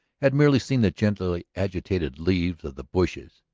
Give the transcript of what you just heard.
had merely seen the gently agitated leaves of the bushes,